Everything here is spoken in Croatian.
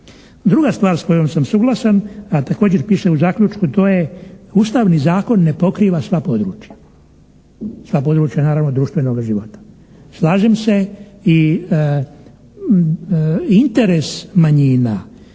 Druga stvar s kojom sam suglasan a također piše u zaključku to je Ustavni zakon ne pokriva sva područja, sva područja naravno društvenoga života. Slažem se i interes manjina